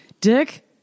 Dick